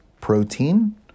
protein